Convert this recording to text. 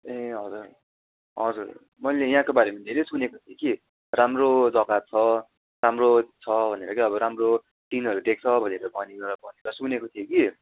ए हजुर हजुर मैले यहाँको बारेमा धेरै सुनेको थिएँ कि राम्रो जगा छ राम्रो छ भनेर क्या राम्रो सिनहरू देख्छ भनेर भनेर भनेर सुनेको थिएँ कि